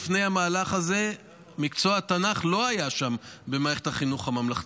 לפני המהלך הזה מקצוע התנ"ך לא היה שם במערכת החינוך הממלכתית,